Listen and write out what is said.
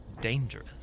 dangerous